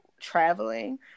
traveling